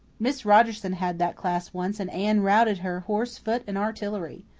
miss rogerson had that class once and anne routed her, horse, foot and artillery.